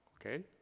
okay